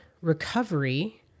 recovery